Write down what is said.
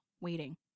waiting